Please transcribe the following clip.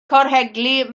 corhelgi